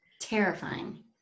terrifying